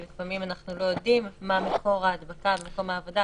כי לפעמים אנחנו לא יודעים מה מקור ההדבקה במקום העבודה,